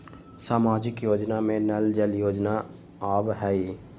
सामाजिक योजना में नल जल योजना आवहई?